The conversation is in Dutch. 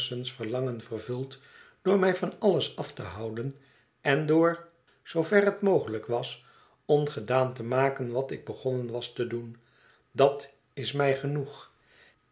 summerson's verlangen vervuld door mij van alles af te houden en door zoover het mogelijk was ongedaan te maken wat ik begonnen was te doen dat is mij genoeg